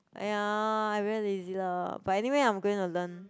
(aiya) I very lazy lah but anyway I'm going to learn